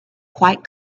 quite